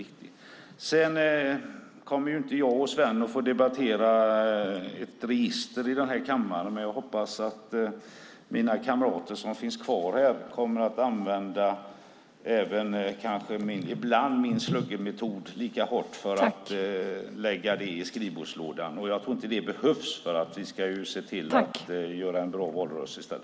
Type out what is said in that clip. Jag och Sven kommer inte att få debattera ett register här i kammaren, men jag hoppas att mina kamrater som finns kvar kommer att använda min sluggermetod lika hårt för att lägga det i skrivbordslådan. Jag tror dock inte att det kommer att behövas, för vi ska se till att göra en bra valrörelse.